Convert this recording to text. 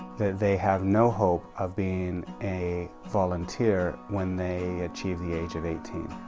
that they have no hope of being a volunteer when they achieve the age of eighteen.